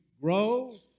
Grow